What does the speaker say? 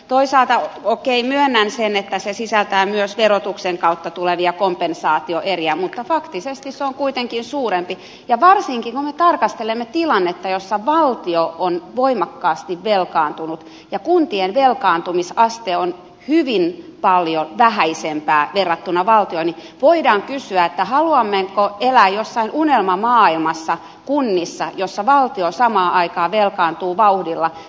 toisaalta okei myönnän sen että se sisältää myös verotuksen kautta tulevia kompensaatioeriä mutta faktisesti se on kuitenkin suurempi ja varsinkin kun me tarkastelemme tilannetta jossa valtio on voimakkaasti velkaantunut ja kuntien velkaantumisaste on hyvin paljon vähäisempää verrattuna valtioon voidaan kysyä haluammeko elää kunnissa jossain unelmamaailmassa jossa valtio samaan aikaan velkaantuu vauhdilla